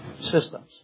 systems